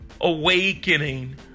awakening